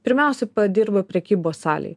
pirmiausia padirba prekybos salėj